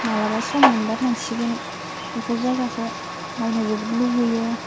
मालाबा सम मोनबा थांसिगोन बेफोर जायगाफ्रा नायनोबो लुगैयो